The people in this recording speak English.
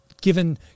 given